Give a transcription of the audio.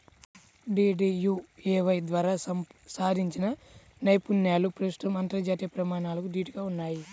DDUAY ద్వారా సాధించిన నైపుణ్యాలు ప్రస్తుతం అంతర్జాతీయ ప్రమాణాలకు దీటుగా ఉన్నయ్